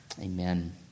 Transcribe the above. Amen